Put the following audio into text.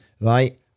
Right